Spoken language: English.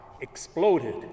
exploded